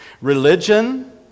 Religion